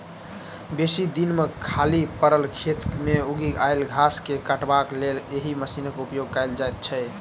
बेसी दिन सॅ खाली पड़ल खेत मे उगि आयल घास के काटबाक लेल एहि मशीनक उपयोग कयल जाइत छै